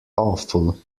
awful